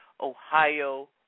Ohio